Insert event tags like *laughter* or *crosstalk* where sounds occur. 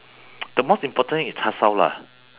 *noise* the most important is char shao lah